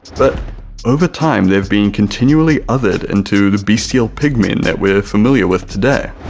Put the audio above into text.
but over time they've been continually othered into the beastial pig-men that we're familiar with today.